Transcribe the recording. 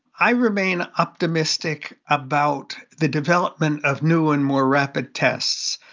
i remain optimistic about the development of new and more rapid tests.